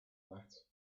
that